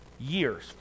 Years